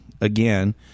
again